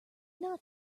not